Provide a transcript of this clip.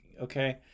okay